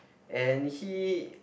and he